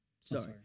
Sorry